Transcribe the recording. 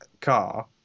car